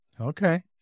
Okay